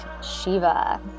Shiva